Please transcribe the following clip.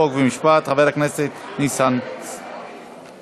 חוק ומשפט חבר הכנסת ניסן סלומינסקי.